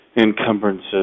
encumbrances